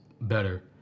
better